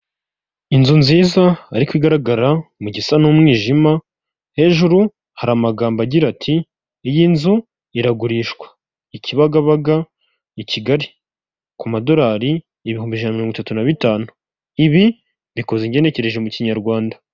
Inzu nziza ariko igaragara mu gisa n'umwijima, hejuru hari amagambo agira ati: iyi nzu iragurishwa, i Kibagabaga, i Kigali ku madolari ibihumbi ijana na mirongo itatu na bitanu, ibi mbikoze ngenekereje mu kinyarwanda.